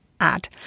add